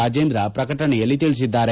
ರಾಜೇಂದ್ರ ಪ್ರಕಟಣೆಯಲ್ಲಿ ತಿಳಿಸಿದ್ದಾರೆ